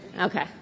Okay